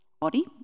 body